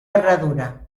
herradura